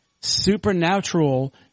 supernatural